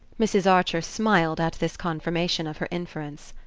mrs. archer smiled at this confirmation of her inference.